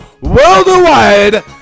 Worldwide